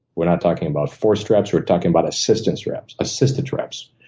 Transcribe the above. we're not talking about forced reps. we're talking about assistance reps. assisted reps.